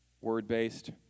word-based